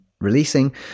releasing